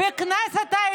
ביקשתם,